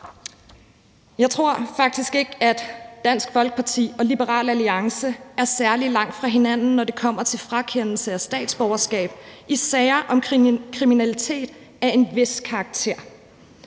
Jeg tror faktisk ikke, at Dansk Folkeparti og Liberal Alliance er særlig langt fra hinanden, når det kommer til en frakendelse af statsborgerskab i sager om kriminalitet af en vis karakter,